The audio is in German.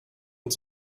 und